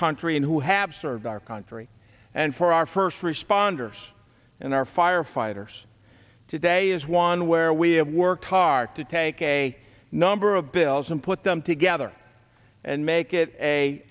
country and who have served our country and for our first responders and our firefighters today is one where we have worked hard to take a number of bills and put them together and make it a